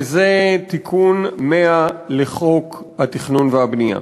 וזה תיקון 100 לחוק התכנון והבנייה.